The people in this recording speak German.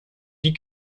die